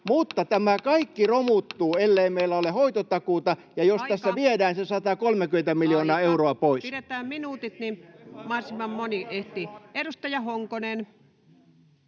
Mutta tämä kaikki romuttuu, ellei meillä ole hoitotakuuta [Puhemies: Aika!] ja jos tässä viedään se 130 miljoonaa euroa pois. Pidetään minuutit, niin mahdollisimman moni ehtii. — Edustaja Honkonen.